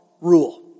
rule